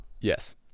Yes